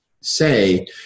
say